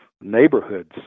neighborhoods